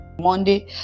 Monday